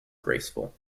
graceful